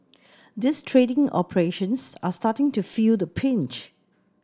these trading operations are starting to feel the pinch